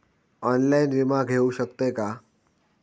Online विमा घेऊ शकतय का?